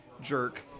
jerk